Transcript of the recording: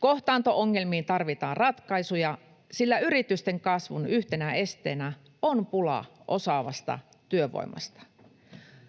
Kohtaanto-ongelmiin tarvitaan ratkaisuja, sillä yritysten kasvun yhtenä esteenä on pula osaavasta työvoimasta.